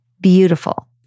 Beautiful